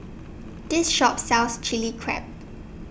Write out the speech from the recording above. This Shop sells Chili Crab